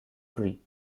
tree